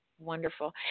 Wonderful